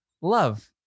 love